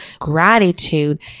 gratitude